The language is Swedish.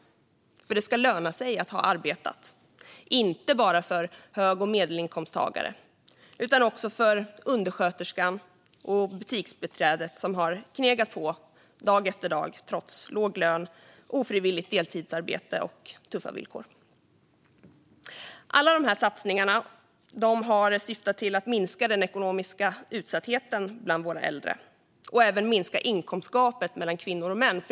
Det ska löna sig att ha arbetat, inte bara för hög och medelinkomsttagare utan också för undersköterskan och butiksbiträdet som har knegat på dag efter dag trots låg lön, ofrivilligt deltidsarbete och tuffa villkor. Alla dessa satsningar syftar till att minska den ekonomiska utsattheten bland våra äldre och även minska inkomstgapet mellan kvinnor och män.